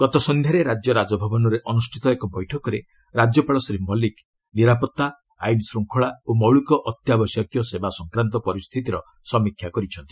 ଗତ ସନ୍ଧ୍ୟାରେ ରାଜ୍ୟ ରାଜଭବନରେ ଅନୁଷ୍ଠିତ ଏକ ବୈଠକରେ ରାଜ୍ୟପାଳ ଶ୍ରୀ ମଲିକ୍ ନିରାପତ୍ତା ଆଇନ ଶୃଙ୍ଖଳା ଓ ମୌଳିକ ଅତ୍ୟାବଶ୍ୟକୀୟ ସେବା ସଂକ୍ରାନ୍ତ ପରିସ୍ଥିତିର ସମୀକ୍ଷା କରିଛନ୍ତି